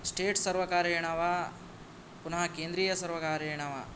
state सर्वकारेण वा पुनः केन्द्रियसर्वकारेण वा